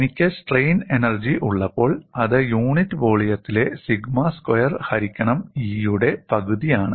എനിക്ക് strain energy ഉള്ളപ്പോൾ അത് യൂണിറ്റ് വോളിയത്തിലേ 'സിഗ്മ സ്ക്വയർ ഹരിക്കണം E' യുടെ പകുതി ആണ്